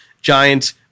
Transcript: Giants